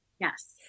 Yes